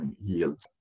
yield